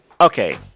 okay